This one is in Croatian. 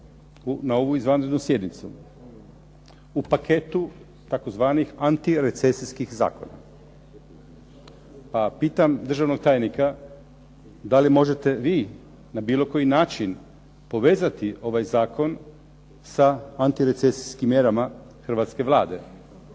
na ovu izvanrednu sjednicu u paketu tzv. antirecesijskih zakona, pa pitam državnog tajnika da li možete vi na bilo koji način povezati ovaj zakon sa antirecesijskim mjerama hrvatske Vlade.